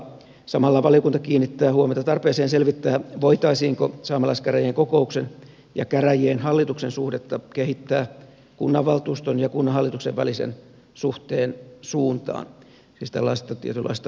samalla valiokunta kiinnittää huomiota tarpeeseen selvittää voitaisiinko saamelaiskäräjien kokouksen ja käräjien hallituksen suhdetta kehittää kunnanvaltuuston ja kunnanhallituksen välisen suhteen suuntaan siis tällaisen tietynlaisen luottamusperiaatteen suuntaan